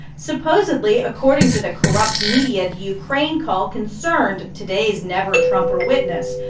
supposedly, according to the corrupt media, ukraine call concerned today's never trumper witness.